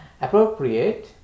appropriate